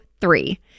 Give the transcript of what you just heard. three